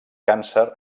càncer